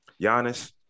Giannis